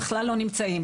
בכלל לא נמצאים.